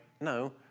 No